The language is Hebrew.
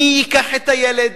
מי ייקח את הילד,